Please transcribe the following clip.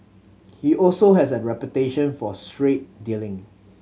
he also has a reputation for straight dealing